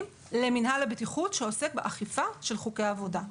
למינהל הבטיחות שעוסק באכיפה של חוקי העבודה.